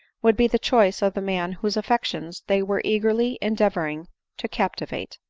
would be the choice of the man whose affections they were eagerly endeavoring to cap tivate.